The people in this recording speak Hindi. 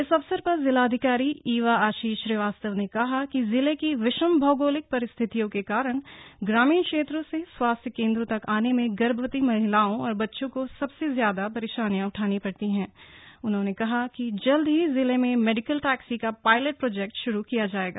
इस अवसर पर जिलाधिकारी ईवा आशीष श्रीवास्तव ने कहा कि जिले की विषम भौगोलिक परिस्थितों के कारण ग्रामीण क्षेत्रो से स्वास्थ्य केंद्रों तक आने में गर्भवती महिलाओं और बच्चों को सबसे ज्यादा परेशानियां उठानी पड़ती हण उन्होंने कहा कि जल्द ही जिले में मेडिकल टक्सी का पायलट प्रोजेक्ट श्रू किया जाएगा